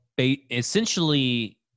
essentially